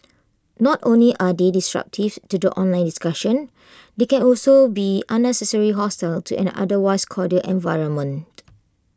not only are they disruptive to the online discussion they can also be unnecessarily hostile to an otherwise cordial environment